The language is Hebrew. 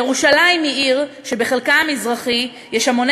ירושלים היא עיר שבחלקה המזרחי יש המוני